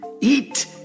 Eat